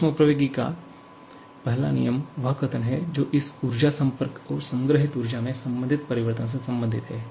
ऊष्मप्रवैगिकी का पहला नियम वह कथन है जो इस ऊर्जा संपर्क और संग्रहीत ऊर्जा में संबंधित परिवर्तन से संबंधित है